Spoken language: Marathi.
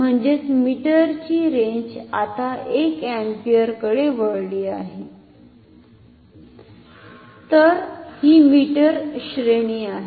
म्हणजेच मीटरची रेंज आता 1 अँपिअरकडे वळली आहे तर ही मीटर श्रेणी आहे